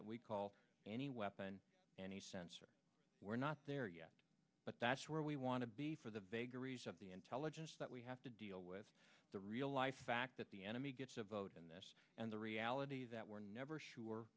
that we call any weapon any sense or we're not there yes but that's where we want to be for the vagaries of the intelligence that we have to deal with the real life fact that the enemy gets a vote in this and the reality that we're never sure